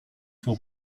suo